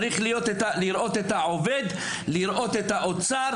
צריך לראות את העובד ולראות את האוצר